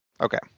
Okay